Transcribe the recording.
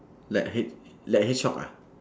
like hedg~ like hedgehog ah